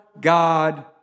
God